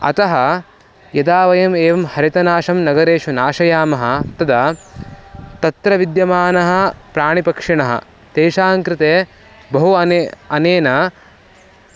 अतः यदा वयम् एवं हरितनाशं नगरेषु नाशयामः तदा तत्र विद्यमानः प्राणिपक्षिणः तेषाङ्कृते बहु अने अनेन